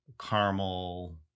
caramel